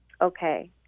Okay